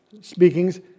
speakings